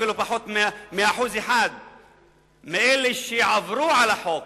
אפילו פחות מ-1% מאלה שעברו על החוק